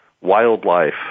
wildlife